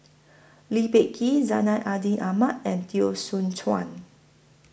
Lee Peh Gee Zainal Abidin Ahmad and Teo Soon Chuan